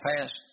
past